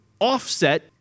offset